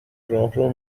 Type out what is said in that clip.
راهرو